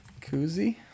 Koozie